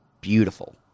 beautiful